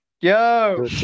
yo